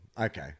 Okay